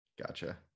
Gotcha